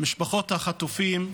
משפחות החטופים,